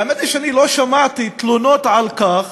האמת היא שאני לא שמעתי תלונות על כך